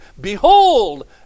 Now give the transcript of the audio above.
Behold